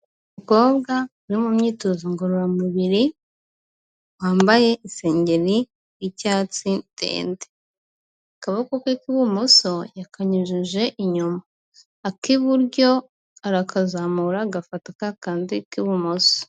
Umukobwa uri mu myitozo ngororamubiri, wambaye isengeri y'icyatsi ndende, akaboko ke k'ibumoso yakanyujije inyuma, ak'iburyo arakazamura gafata ka kandi k'ibumoso.